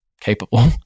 capable